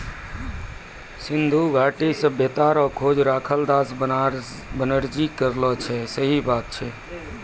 सिन्धु घाटी सभ्यता रो खोज रखालदास बनरजी करलो छै